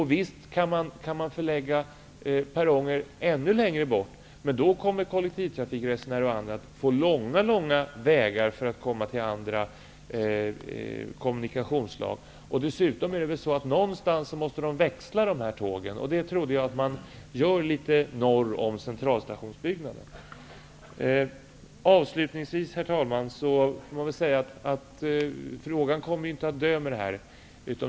Visst kan man förlägga perronger ännu längre bort, men då får kollektivtrafikresenärer och andra mycket långa vägar att ta sig till andra kommunikationsslag. Dessutom måste väl tågen växlas någonstans, och det tror jag att man gör norr om Herr talman! Avslutningsvis kommer inte frågan att dö med detta.